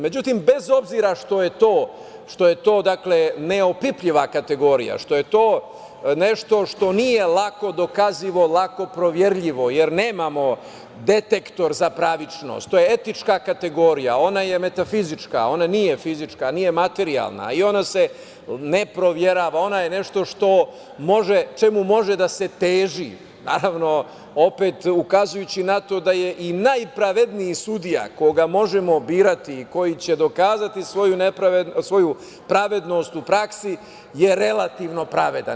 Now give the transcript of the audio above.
Međutim, bez obzira što je to neopipljiva kategorija, što je to nešto što nije lako dokazivo, lako proverljivo, jer nemamo detektor za pravičnost, to je etička kategorija, ona je metafizička, ona nije fizička, nije materijalna i ona se ne proverava, ona je nešto čemu može da se teži, naravno, opet ukazujući na to da je i najpravedniji sudija koga možemo birati i koji će dokazati svoju pravednost u praksi relativno pravedan.